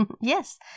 Yes